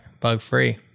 Bug-free